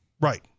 right